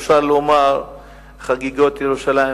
ואפשר לומר "חגיגות ירושלים",